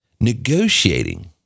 negotiating